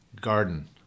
garden